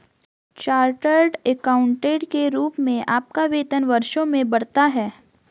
chartered accountant के रूप में आपका वेतन वर्षों में बढ़ता है